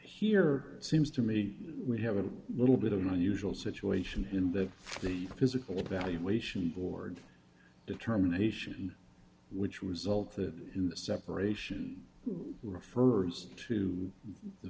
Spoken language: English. it seems to me we have a little bit of an unusual situation in the the physical evaluation board determination which result in the separation refers to the